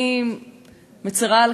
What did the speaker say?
אז בואו נוריד את הלהבות.